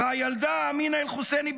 והילדה אמינה אלחוסני,